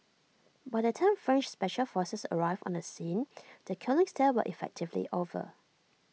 by the time French special forces arrived on the scene the killings there were effectively over